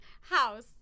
house